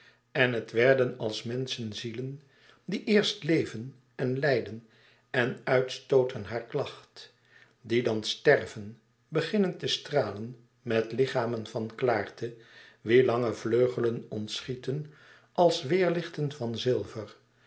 en het werden als menschenzielen die eerst leven en lijden en uitstooten haar klacht die dan sterven beginnen te stralen met lichamen van klaarte wien lange vleugelen ontschieten als weêrlichten van zilver